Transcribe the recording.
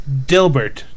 Dilbert